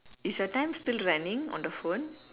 is your time still running on the phone